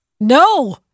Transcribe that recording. no